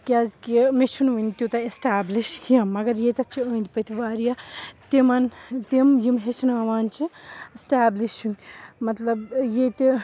کیٛازکہِ مےٚ چھُنہٕ وٕنہِ تیوٗتاہ اٮ۪سٹیبلِش کیٚنٛہہ مگر ییٚتٮ۪تھ چھِ أنٛدۍ پٔتۍ واریاہ تِمن تِم یِم ہیٚچھناوان چھِ اٮ۪سٹیبلِش مطلب ییٚتہِ